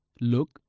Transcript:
Look